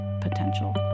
potential